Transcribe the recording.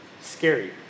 scary